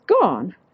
gone